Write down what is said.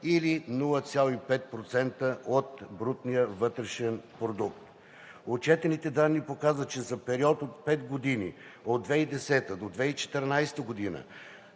или 0,5% от брутния вътрешен продукт. Отчетените данни показват, че за период от пет години – от 2010 г. до 2014 г.